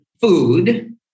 food